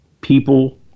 people